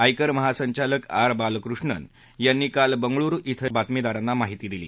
आयकर महासंचालक आर बालकृष्णन यांनी काल बंगळुरु इथं बातमीदारांना ही माहिती दिली